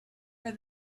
for